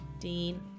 Dean